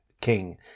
king